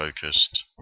focused